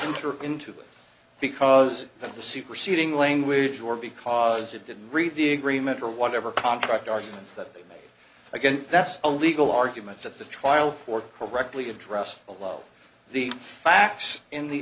enter into it because of the superseding language or because it didn't read the agreement or whatever construct arguments that again that's a legal argument that the trial court correctly address below the facts in the